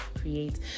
create